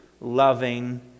loving